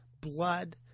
blood